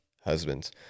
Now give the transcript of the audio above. husbands